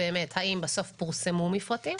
האם בסוף פורסמו פרטים,